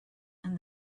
and